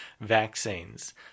vaccines